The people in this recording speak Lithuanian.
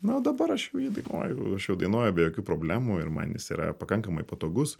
nu o dabar aš jau jį dainuoju aš jau dainuoju be jokių problemų ir man jis yra pakankamai patogus